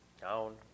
down